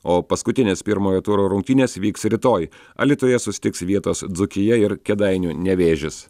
o paskutinės pirmojo turo rungtynės vyks rytoj alytuje susitiks vietos dzūkija ir kėdainių nevėžis